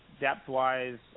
depth-wise